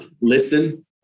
listen